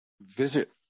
visit